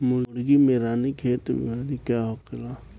मुर्गी में रानीखेत बिमारी का होखेला?